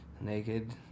Naked